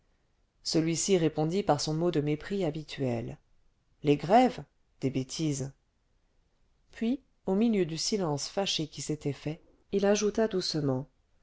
celui-ci répondit par son mot de mépris habituel les grèves des bêtises puis au milieu du silence fâché qui s'était fait il ajouta doucement